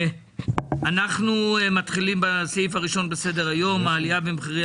אנחנו מתחילים בסעיף הראשון בסדר-היום: העלייה במחירי